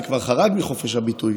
זה כבר חרג מחופש הביטוי.